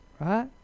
Right